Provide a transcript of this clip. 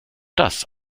das